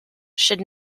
should